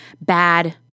bad